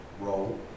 role